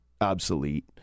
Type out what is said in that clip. obsolete